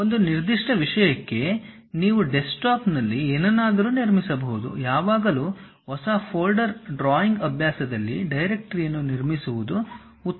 ಒಂದು ನಿರ್ದಿಷ್ಟ ವಿಷಯಕ್ಕೆ ನೀವು ಡೆಸ್ಕ್ಟಾಪ್ನಲ್ಲಿ ಏನನ್ನಾದರೂ ನಿರ್ಮಿಸಬಹುದು ಯಾವಾಗಲೂ ಹೊಸ ಫೋಲ್ಡರ್ ಡ್ರಾಯಿಂಗ್ ಅಭ್ಯಾಸದಲ್ಲಿ ಡೈರೆಕ್ಟರಿಯನ್ನು ನಿರ್ಮಿಸುವುದು ಉತ್ತಮ